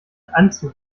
anzug